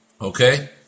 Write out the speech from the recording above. Okay